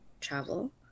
travel